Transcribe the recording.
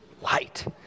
light